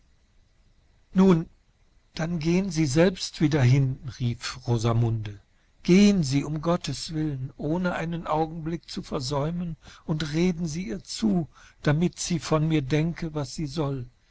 nun dann gehen sie selbst wieder hin rief rosamunde gehen sie um gottes willen ohne einen augenblick zu versäumen und reden sie ihr zu damit sie von mir denke wiesiesoll